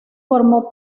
formó